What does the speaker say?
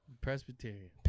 presbyterian